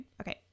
okay